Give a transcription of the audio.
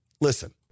Listen